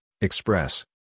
Express